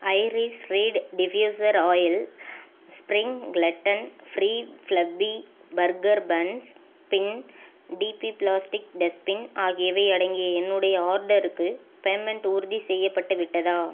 iris reed diffuser oil spring gluten free fluffy burger buns spin DB plastic dustbin ஆகியவை அடங்கிய என்னுடைய ஆர்டருக்கு payment உறுதிசெய்யப்பட்டு விட்டதா